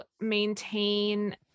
maintain